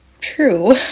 true